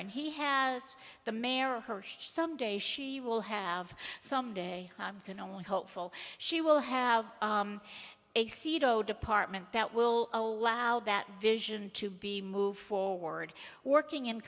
and he has the mayor hirsch someday she will have some day you can only hopeful she will have a seat oh department that will allow that vision to be moved forward working in